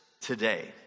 today